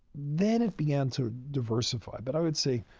then it began to diversify. but i would say,